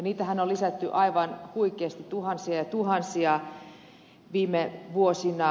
niitähän on lisätty aivan huikeasti tuhansia ja tuhansia viime vuosina